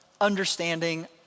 understanding